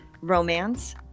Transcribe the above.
romance